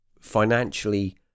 financially